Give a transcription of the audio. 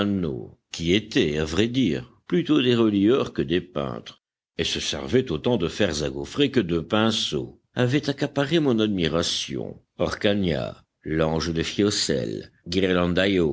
qui étaient à vrai dire plutôt des relieurs que des peintres et se servaient autant de fers à gaufrer que de pinceaux avaient accaparé mon admiration orcagna l'ange de